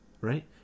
right